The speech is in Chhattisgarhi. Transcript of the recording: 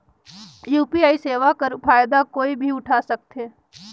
यू.पी.आई सेवा कर फायदा कोई भी उठा सकथे?